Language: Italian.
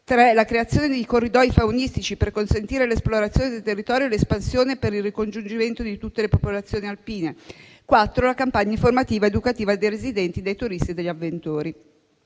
c) la creazione di corridoi faunistici per consentire l'esplorazione del territorio e l'espansione per il ricongiungimento di tutte le popolazioni alpine; d) la campagna informativa ed educativa dei residenti, dei turisti e degli avventori;